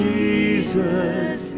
Jesus